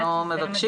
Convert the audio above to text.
אנחנו מבקשים.